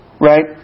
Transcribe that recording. Right